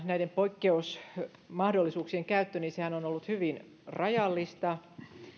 näiden poikkeusmahdollisuuksien käyttö on ollut hyvin rajallista